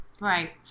Right